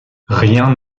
rien